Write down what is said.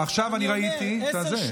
עכשיו אני ראיתי את זה.